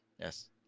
yes